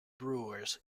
brewers